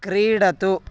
क्रीडतु